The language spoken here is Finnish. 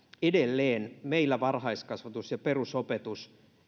edelleen meillä varhaiskasvatus ja perusopetus